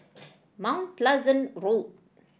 Mount Pleasant Road